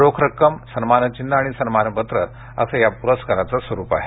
रोख रक्कम सन्मानचिन्ह आणि सन्मानपत्र असं या पुरस्काराचं स्वरूप आहे